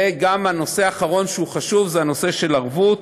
והנושא האחרון, שהוא חשוב, זה הנושא של ערבות.